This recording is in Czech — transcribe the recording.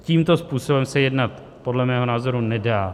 Tímto způsobem se jednat podle mého názoru nedá.